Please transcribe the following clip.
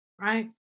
right